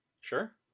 Sure